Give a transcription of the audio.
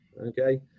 okay